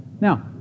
Now